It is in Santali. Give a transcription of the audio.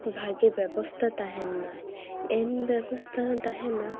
ᱵᱷᱟᱜᱮ ᱵᱮᱵᱚᱥᱛᱟ ᱛᱟᱦᱮᱱ ᱢᱟ ᱮᱱ ᱵᱮᱵᱚᱥᱛᱟ ᱛᱟᱦᱮᱱᱟ